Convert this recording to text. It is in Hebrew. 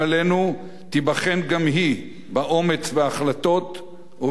גם היא באומץ בהחלטות ובעוצמת המעשים.